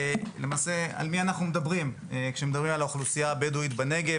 על מי אנחנו מדברים כשמדברים על האוכלוסייה הבדואית בנגב,